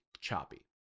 choppy